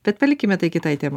tad palikime tai kitai temai